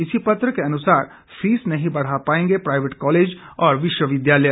इसी पत्र के अनुसार फीस नहीं बढ़ा पाएंगे प्राइवेट कॉलेज और विश्वविद्यालय